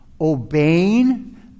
obeying